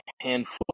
handful